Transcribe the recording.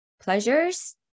pleasures